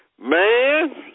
Man